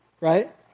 Right